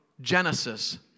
Genesis